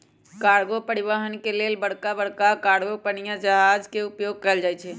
cargo परिवहन के लेल बड़का बड़का कार्गो पनिया जहाज के उपयोग कएल जाइ छइ